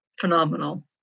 phenomenal